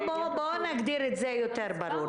בואו נגדיר את זה יותר ברור.